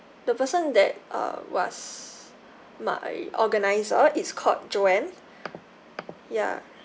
the person that uh was my organiser it's called joanne ya